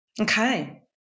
Okay